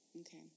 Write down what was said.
Okay